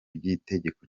ry’itegeko